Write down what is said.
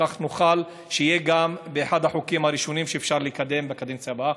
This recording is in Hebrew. וכך הוא גם יוכל להיות אחד החוקים הראשונים שאפשר לקדם בקדנציה הבאה.